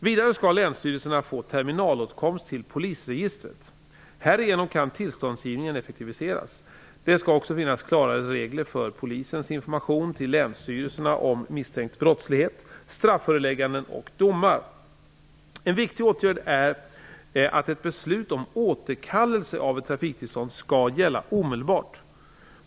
Vidare skall länsstyrelserna få terminalåtkomst till polisregistret. Härigenom kan tillståndsgivningen effektiviseras. Det skall också finnas klarare regler för polisens information till länsstyrelserna om misstänkt brottslighet, strafförelägganden och domar. En viktig åtgärd är att ett beslut om återkallelse av ett trafiktillstånd skall gälla omedelbart.